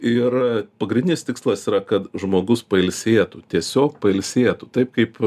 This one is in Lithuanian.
ir pagrindinis tikslas yra kad žmogus pailsėtų tiesiog pailsėtų taip kaip